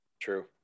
True